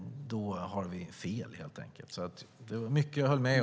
Då har ni fel, helt enkelt. Det var mycket jag höll med om.